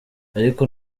ariko